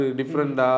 different